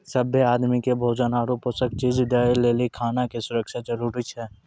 सभ्भे आदमी के भोजन आरु पोषक चीज दय लेली खाना के सुरक्षा जरूरी छै